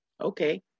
Okay